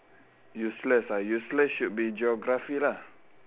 useless ah useless should be geography lah